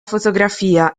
fotografia